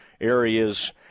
areas